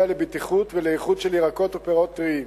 לבטיחות ולאיכות של ירקות ופירות טריים.